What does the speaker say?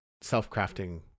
self-crafting